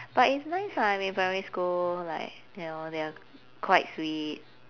but it's nice lah I mean primary school like ya lor they're quite sweet